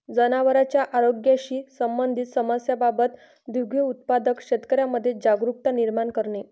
जनावरांच्या आरोग्याशी संबंधित समस्यांबाबत दुग्ध उत्पादक शेतकऱ्यांमध्ये जागरुकता निर्माण करणे